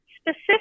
specific